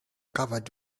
covered